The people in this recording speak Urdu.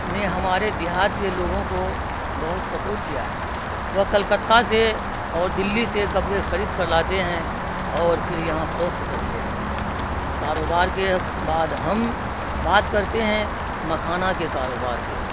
نے ہمارے دیہات کے لوگوں کو بہت سپورٹ کیا ہے وہ کلکتہ سے اور دلی سے کپڑے خرید کر لاتے ہیں اور پھر یہاں فروخت کرتے ہیں اس کاروبار کے بعد ہم بات کرتے ہیں مکھانہ کے کاروبار کے